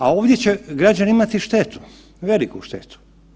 A ovdje će građani imati štetu, veliku štetu.